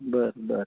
बरं बरं